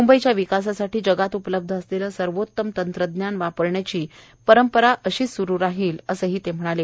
मुंबईच्या विकासासाठी जगात उपलब्ध असलेलं सर्वोत्म तंत्रज्ञान वापरण्याची आपली परंपरा अशीच सुरू राहिल असंही ते म्हणाले